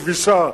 כביסה,